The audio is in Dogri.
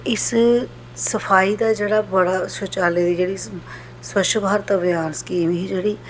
इस सफाई दा जेह्ड़ा बड़ा शौचालय दी जेह्ड़ी स्वच्छ भारत अभियान स्कीम ही जेह्ड़ी